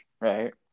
Right